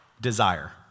Desire